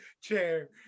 chair